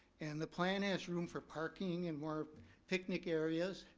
and the plan has room for parking and more picnic areas.